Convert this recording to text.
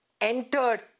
entered